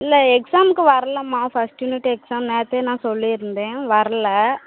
இல்லை எக்ஸாம்முக்கு வரலைம்மா ஃபஸ்டு யூனிட்டு எக்ஸாம் நேற்றே நான் சொல்லியிருந்தேன் வரல